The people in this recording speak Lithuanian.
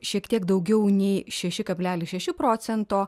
šiek tiek daugiau nei šeši kablelis šeši procento